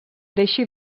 deixi